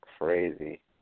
crazy